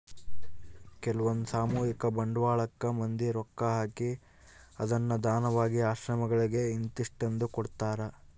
ಕೆಲ್ವಂದು ಸಾಮೂಹಿಕ ಬಂಡವಾಳಕ್ಕ ಮಂದಿ ರೊಕ್ಕ ಹಾಕಿ ಅದ್ನ ದಾನವಾಗಿ ಆಶ್ರಮಗಳಿಗೆ ಇಂತಿಸ್ಟೆಂದು ಕೊಡ್ತರಾ